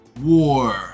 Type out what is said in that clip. war